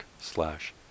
slash